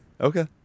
Okay